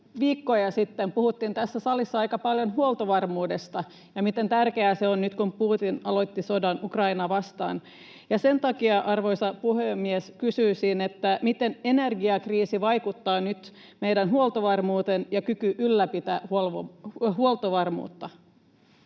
viikkoja sitten puhuttiin tässä salissa aika paljon huoltovarmuudesta ja siitä, miten tärkeää se on nyt, kun Putin aloitti sodan Ukrainaa vastaan. Sen takia, arvoisa puhemies, kysyisin: miten energiakriisi vaikuttaa nyt meidän huoltovarmuuteen ja kykyyn ylläpitää huoltovarmuutta?